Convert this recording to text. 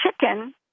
chicken